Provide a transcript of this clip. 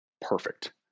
perfect